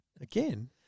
Again